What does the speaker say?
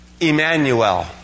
Emmanuel